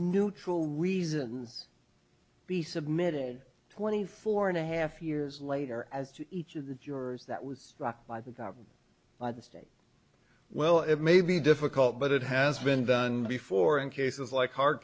neutral reasons be submitted twenty four and a half years later as to each of the jurors that was struck by the governor by the state well it may be difficult but it has been done before in cases like hard